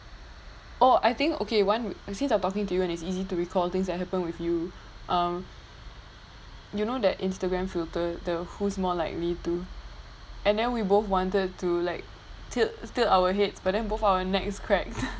oh I think okay one since I'm talking to you and it's easy to recall things that happened with you um you know that instagram filter the who's more likely to and then we both wanted to like tilt tilt our heads but then both our necks cracked